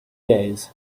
days